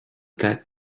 get